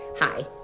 Hi